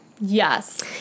Yes